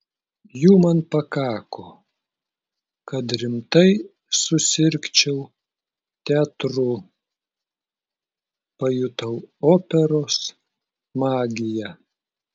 jų man pakako kad rimtai susirgčiau teatru pajutau operos magiją